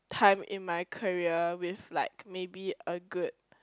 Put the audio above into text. time in my career with like maybe a good